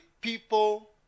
people